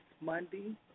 Monday